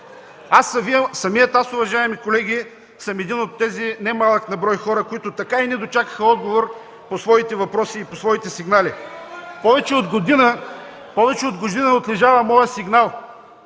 съм един от тези немалко на брой хора, които така и не дочакаха отговор на своите въпроси и сигнали. Повече от година отлежава моят сигнал